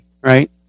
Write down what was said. Right